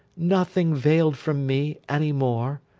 nothing veiled from me, any more.